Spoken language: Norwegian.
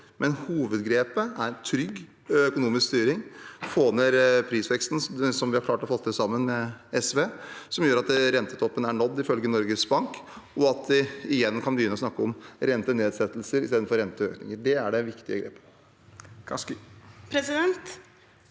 Hovedgrepet er trygg økonomisk styring, å få ned prisveksten – som vi har klart å få til sammen med SV. Det gjør at rentetoppen er nådd, ifølge Norges Bank, og at vi igjen kan begynne å snakke om rentenedsettelser i stedet for renteøkninger. Det er det viktige grepet.